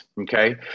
okay